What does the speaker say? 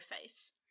face